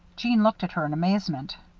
jeanne looked at her in amazement.